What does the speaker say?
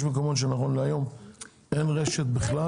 יש מקומות שנכון להיום אין רשת בכלל?